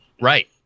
Right